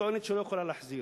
או טוענת שהיא לא יכולה להחזיר,